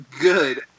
good